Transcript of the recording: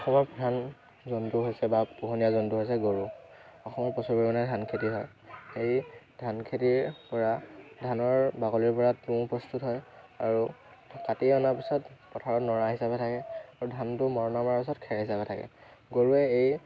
অসমৰ প্ৰধান জন্তু হৈছে বা পোহনীয়া জন্তু হৈছে গৰু অসমত প্ৰচুৰ পৰিমাণে ধান খেতি হয় এই ধান খেতিৰপৰা ধানৰ বাগলিৰপৰা তুঁহ প্ৰস্তুত হয় আৰু কাটি তাৰ পিছত পথাৰত নৰা হিচাপে থাকে আৰু ধানটো মৰণা মৰাৰ পিছত খেৰ হিচাপে থাকে গৰুৱে এই